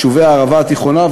יישובי הערבה התיכונה,